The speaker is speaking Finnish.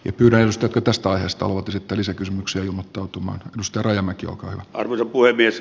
yhdeltä tytöstä aiheesta on kysytty lisäkysymyksen muotoutumaan ostorajamäki arvoisa puhemies